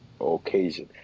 Occasion